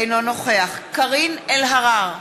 אינו נוכח קארין אלהרר,